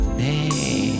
hey